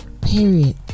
period